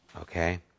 okay